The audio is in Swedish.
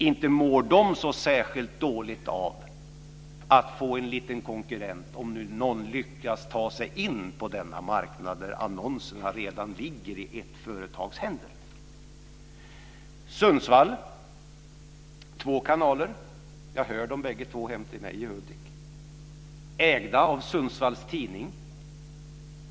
Inte mår de så särskilt dåligt av att få en konkurrent, om nu någon lyckats ta sig in på denna marknad där annonserna redan ligger i ett företags händer. I Sundsvall finns det två kanaler - jag kan lyssna på dem bägge två hemma i Hudiksvall. De ägs av Sundsvalls tidning.